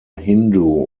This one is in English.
hindu